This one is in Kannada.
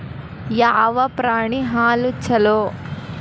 ಯಾವ ಪ್ರಾಣಿ ಹಾಲು ಛಲೋ?